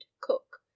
Cook